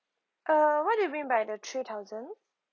uh what do you mean by the three thousand